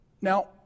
Now